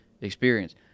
experience